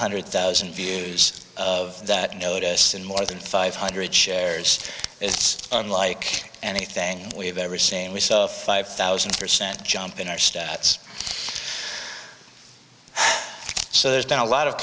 hundred thousand views of that notice and more than five hundred shares it's unlike anything we've ever seen we saw a five thousand percent jump in our stats so there's been a lot of